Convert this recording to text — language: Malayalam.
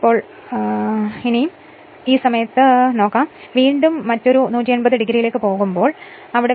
അതിനാൽ ആ സമയത്ത് ഇത് ഇതുപോലെയാകും വീണ്ടും അത് മറ്റൊരു 180 o ലേക്ക് പോകുമ്പോൾ ഞാൻ അത് വ്യക്തമാക്കട്ടെ